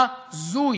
זה הזוי.